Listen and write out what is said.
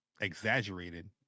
exaggerated